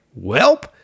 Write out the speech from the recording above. welp